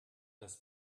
das